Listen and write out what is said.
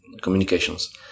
communications